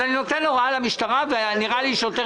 אז אני נותן הוראה למשטרה וענה לי שוטר